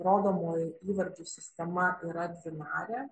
rodomųjų įvardžių sistema yra dvinarė